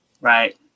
Right